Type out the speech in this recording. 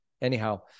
anyhow